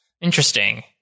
Interesting